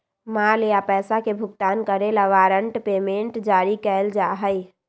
माल या पैसा के भुगतान करे ला वारंट पेमेंट जारी कइल जा हई